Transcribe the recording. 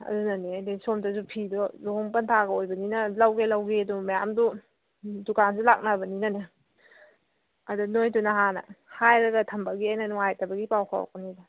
ꯑꯗꯨꯅꯅꯦ ꯑꯗꯩ ꯁꯣꯝꯗꯁꯨ ꯐꯤꯗꯣ ꯂꯨꯍꯣꯡ ꯄꯟꯊꯥꯒ ꯑꯣꯏꯕꯅꯤꯅ ꯂꯧꯒꯦ ꯂꯧꯒꯦꯗꯣ ꯃꯌꯥꯝꯗꯣ ꯗꯨꯀꯥꯟꯗ ꯂꯥꯛꯅꯕꯅꯤꯅꯅꯦ ꯑꯗꯨ ꯅꯣꯏꯗꯅ ꯍꯥꯟꯅ ꯍꯥꯏꯔꯒ ꯊꯝꯕꯒꯤ ꯑꯩꯅ ꯅꯨꯡꯉꯥꯏꯇꯕꯒꯤ ꯄꯥꯎ ꯐꯥꯎꯔꯛꯄꯅꯤꯗ